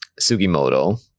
Sugimoto